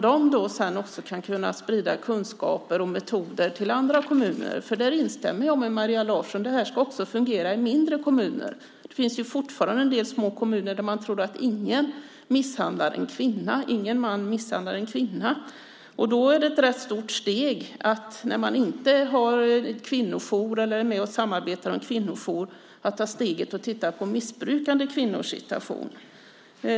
De ska också kunna sprida kunskaper om metoder till andra kommuner. Jag instämmer med Maria Larsson om att detta måste fungera även i mindre kommuner. I en del små kommuner tror man fortfarande att ingen man misshandlar en kvinna. Om man inte har en kvinnojour eller samarbete med en kvinnojour är det ett rätt stort steg att börja titta på missbrukande kvinnors situation.